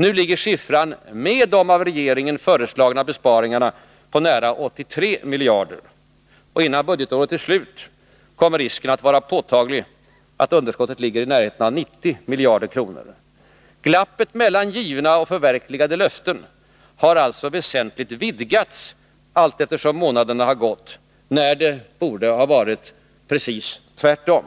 Nu ligger siffran med de av regeringen föreslagna besparingarna på nära 83 miljarder. Innan budgetåret är slut kommer risken att vara påtaglig för att underskottet ligger i närheten av 90 miljarder. Glappet mellan givna och förverkligade löften har alltså väsentligt vidgats allteftersom månaderna har gått, när det borde ha varit precis tvärtom.